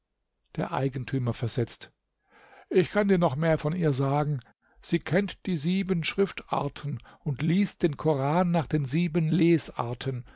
der eigentümer versetzt ich kann dir noch mehr von ihr sagen sie kennt die sieben schriftarten und liest den koran nach den sieben lesarten